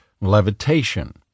levitation